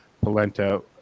Polenta